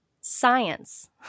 science